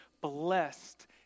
blessed